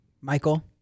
Michael